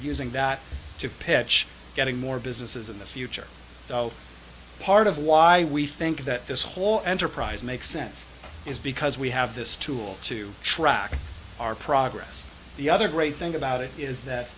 using that to pitch getting more businesses in the future so part of why we think that this whole enterprise makes sense is because we have this tool to track our progress the other great thing about it is